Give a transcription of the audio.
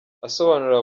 asobanurira